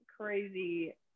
crazy